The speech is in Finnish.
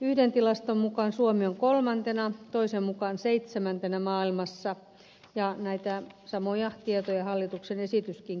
yhden tilaston mukaan suomi on kolmantena toisen mukaan seitsemäntenä maailmassa ja näitä samoja tietoja hallituksen esityskin käyttää